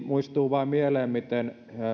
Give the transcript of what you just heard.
muistuu vain mieleen miten